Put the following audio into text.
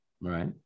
right